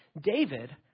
David